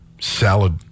salad